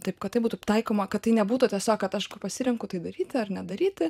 taip kad tai būtų taikoma kad tai nebūtų tiesa kad aš pasirenku tai daryti ar nedaryti